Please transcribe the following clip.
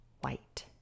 white